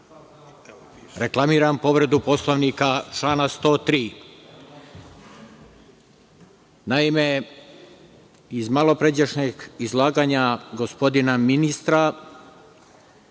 Mirčić. Reklamiram povredu Poslovnika člana 103.Naime, iz malopređašnjeg izlaganja gospodina ministra